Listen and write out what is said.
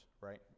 right